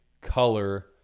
color